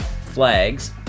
Flags